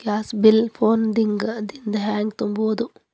Gas bill phone ದಿಂದ ಹ್ಯಾಂಗ ತುಂಬುವುದು?